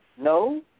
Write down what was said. No